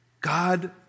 God